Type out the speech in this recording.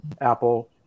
Apple